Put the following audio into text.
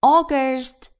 August